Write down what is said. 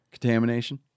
contamination